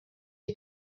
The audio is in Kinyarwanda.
iyi